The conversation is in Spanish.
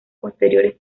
posteriores